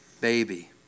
baby